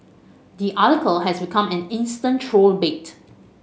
the article has become an instant troll bait